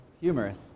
humorous